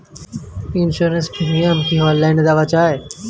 Insurance premium কি online দেওয়া যায়?